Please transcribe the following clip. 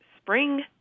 spring